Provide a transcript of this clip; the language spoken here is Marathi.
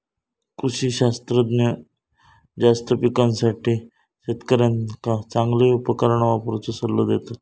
कृषी शास्त्रज्ञ जास्त पिकासाठी शेतकऱ्यांका चांगली उपकरणा वापरुचो सल्लो देतत